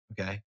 okay